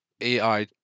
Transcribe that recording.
AI